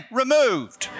removed